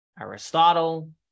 Aristotle